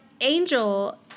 Angel